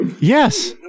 Yes